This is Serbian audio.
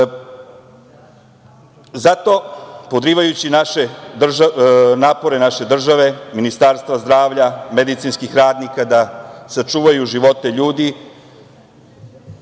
podrivajući napore naše države, Ministarstva zdravlja, medicinskih radnika da sačuvaju živote ljudi,